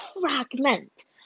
fragment